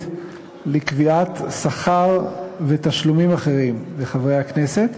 לקביעת שכר ותשלומים אחרים לחברי הכנסת.